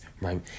right